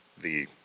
the